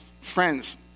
friends